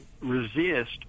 resist